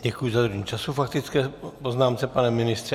Děkuji za dodržení času k faktické poznámce, pane ministře.